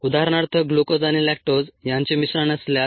उदाहरणार्थ ग्लुकोज आणि लॅक्टोज यांचे मिश्रण असल्यास